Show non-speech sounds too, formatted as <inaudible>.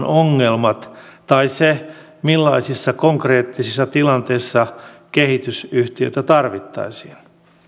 <unintelligible> ongelmat tai se millaisissa konkreettisissa tilanteissa kehitysyhtiötä tarvittaisiin